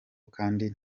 kandi